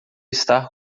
estar